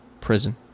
Prison